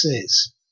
says